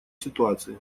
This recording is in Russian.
ситуации